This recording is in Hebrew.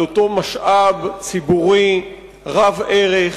על אותו משאב ציבורי רב-ערך,